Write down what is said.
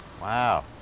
Wow